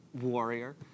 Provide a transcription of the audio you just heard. warrior